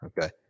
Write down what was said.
Okay